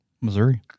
Missouri